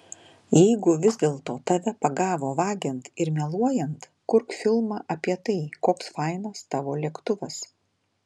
jeigu vis dėl to tave pagavo vagiant ir meluojant kurk filmą apie tai koks fainas tavo lėktuvas